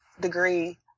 degree